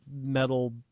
metal